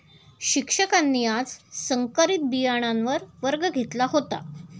शिक्षकांनी आज संकरित बियाणांवर वर्ग घेतला होता